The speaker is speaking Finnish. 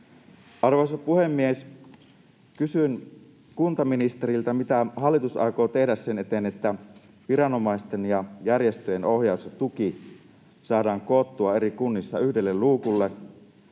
Arvoisa puhemies! Kysyn kuntaministeriltä: mitä hallitus aikoo tehdä sen eteen, että viranomaisten ja järjestöjen ohjaus ja tuki saadaan koottua eri kunnissa yhdelle luukulle